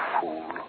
fool